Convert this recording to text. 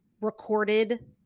recorded